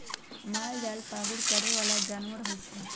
मालजाल पागुर करे बला जानवर होइ छइ